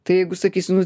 tai jeigu sakys nu